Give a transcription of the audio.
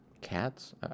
cats